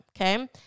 Okay